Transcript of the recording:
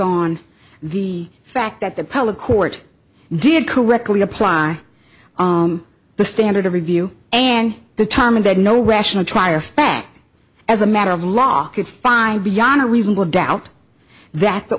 on the fact that the public court did correctly apply the standard of review and determined that no rational trier of fact as a matter of law could find beyond a reasonable doubt that the